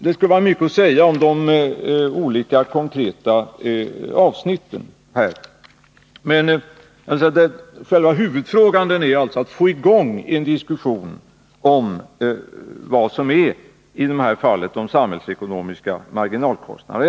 Det finns mycket att säga om de olika konkreta avsnitten, men jag vill slå Nr 112 fast att själva huvudfrågan är att man skall få i gång en diskussion om vad som Måndagen den i det här fallet är samhällsekonomiska marginalkostnader.